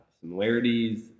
similarities